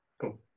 Cool